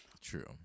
True